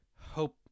hope